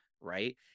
right